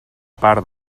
part